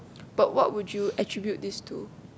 but what would you attribute this to